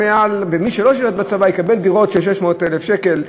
ומי שלא ששירת בצבא יקבל דירות של 600,000 שקל,